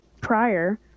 prior